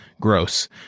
Gross